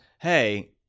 hey